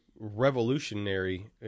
Revolutionary